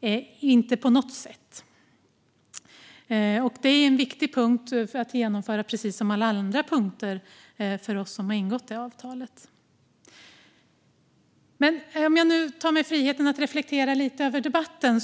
För oss som har ingått detta avtal är det här är en viktig punkt att genomföra, precis som alla andra punkter. Jag tar mig nu friheten att reflektera lite över debatten.